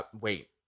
wait